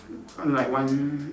like one